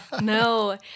No